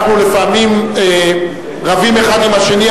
אנחנו לפעמים רבים האחד עם השני,